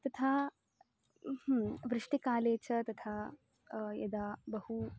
तथा वृष्टिकाले च तथा यदा बहु